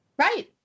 Right